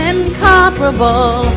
Incomparable